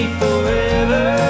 forever